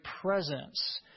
presence